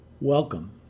Welcome